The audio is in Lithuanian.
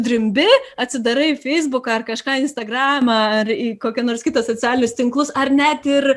drimbi atsidarai feisbuką ar kažką instagramą ar į kokio nors kito socialinius tinklus ar net ir